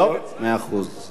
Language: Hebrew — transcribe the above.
שיחזור בשלום.